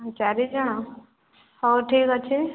ଚାରି ଜଣ ହଉ ଠିକ ଅଛି